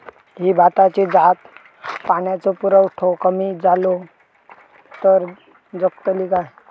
ही भाताची जात पाण्याचो पुरवठो कमी जलो तर जगतली काय?